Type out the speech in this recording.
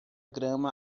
grama